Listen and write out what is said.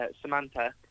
Samantha